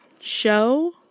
show